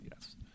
yes